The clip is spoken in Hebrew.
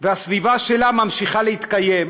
והסביבה שלה ממשיכה להתקיים,